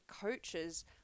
coaches